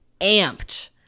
amped